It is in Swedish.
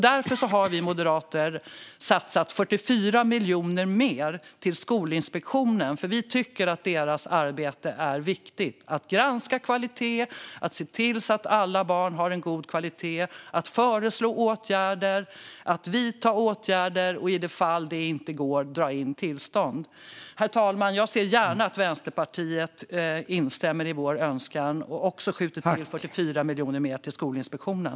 Därför har vi moderater satsat 44 miljoner mer till Skolinspektionen, för vi tycker att deras arbete är viktigt - att granska kvalitet, se till så att alla barn har god kvalitet, föreslå och vidta åtgärder och, i de fall där det inte går, dra in tillstånd. Herr talman! Jag ser gärna att Vänsterpartiet instämmer i vår önskan och också skjuter till 44 miljoner mer till Skolinspektionen.